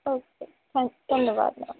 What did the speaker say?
okay thank you ਧੰਨਵਾਦ ma'am